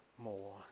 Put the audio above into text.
more